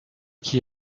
qui